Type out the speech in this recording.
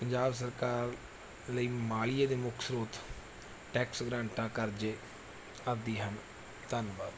ਪੰਜਾਬ ਸਰਕਾਰ ਲਈ ਮਾਲੀਏ ਦੇ ਮੁੱਖ ਸਰੋਤ ਟੈਕਸ ਗ੍ਰਾਂਟਾਂ ਕਰਜ਼ੇ ਆਦਿ ਹਨ ਧੰਨਵਾਦ